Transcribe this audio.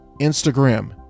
instagram